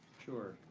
sure.